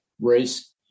race